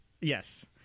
Yes